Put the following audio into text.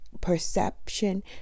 perception